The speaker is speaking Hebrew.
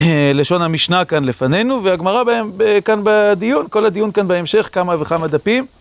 לשון המשנה כאן לפנינו, והגמרה בהם כאן בדיון, כל הדיון כאן בהמשך, כמה וכמה דפים.